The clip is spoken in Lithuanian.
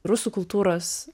rusų kultūros